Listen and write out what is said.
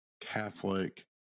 Catholic